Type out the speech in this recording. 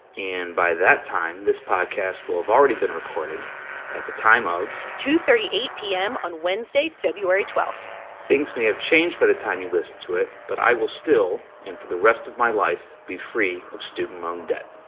and by that time, this podcast will have already been recorded at the time of. two thirty eight p m. on wednesday, february twelve point things may have changed by the time you listen to it, but i will still and for the rest of my life be free of student loan debt